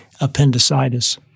appendicitis